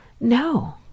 No